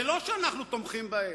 זה לא שאנחנו תומכים בהם,